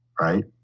right